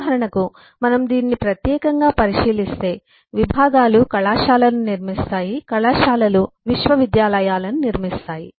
ఉదాహరణకు మనము దీనిని ప్రత్యేకంగా పరిశీలిస్తే విభాగాలు కళాశాలలను నిర్మిస్తాయి కళాశాలలు విశ్వవిద్యాలయాలను నిర్మిస్తాయి